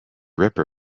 ripper